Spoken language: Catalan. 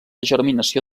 germinació